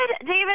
David